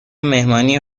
مهمانی